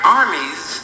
armies